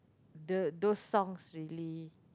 the those song really